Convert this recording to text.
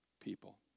people